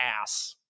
ass